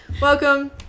welcome